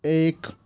एक